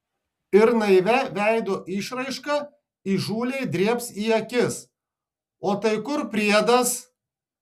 ir naivia veido išraiška įžūliai drėbs į akis o tai kur priedas